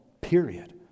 period